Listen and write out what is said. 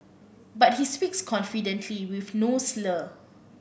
but he speaks confidently with no slur